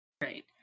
Right